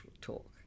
talk